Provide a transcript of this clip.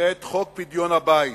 נקראת חוק פדיון הבית,